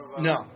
No